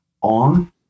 on